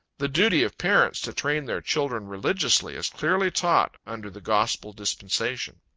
the duty of parents to train their children religiously, is clearly taught under the gospel dispensation.